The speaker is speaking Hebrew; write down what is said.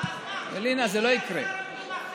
לא, אז מה, אם יהיה שר פנים אחר,